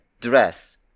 dress